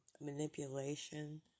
manipulation